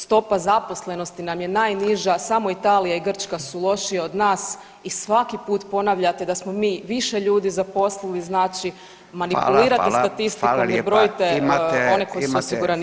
Stopa zaposlenosti nam je najniža, samo Italija i Grčka su lošije od nas i svaki put ponavljate da smo mi više ljudi zaposlili, znači manipulirate statistikom [[Upadica: Hvala, hvala, hvala lijepa]] jer brojite one koji su osiguranici…